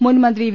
മുൻമന്ത്രി വി